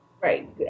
Right